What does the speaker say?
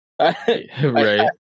Right